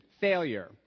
failure